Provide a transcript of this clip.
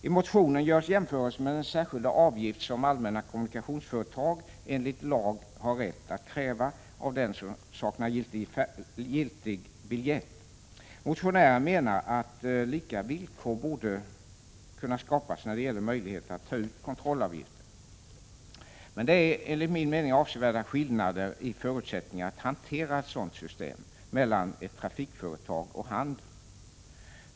I motionen görs jämförelse med den särskilda avgift som allmänna kommunikationsföretag enligt lag har rätt att kräva av den som saknar giltig biljett. Motionären menar att lika villkor borde kunna skapas när det gäller möjligheter att ta ut kontrollavgifter. Men det är enligt min mening avsevärda skillnader i förutsättningarna att hantera ett sådant system mellan ett trafikföretag och handeln.